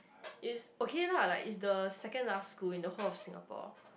is okay lah like is the second last school in the whole Singapore